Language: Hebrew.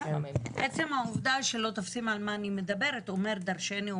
עצם העובדה שלא תופסים על מה אני מדברת אומר דרשני,